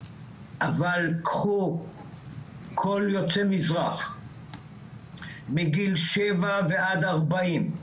אבל קחו כל יוצאי מזרח מגיל שבע ועד 40,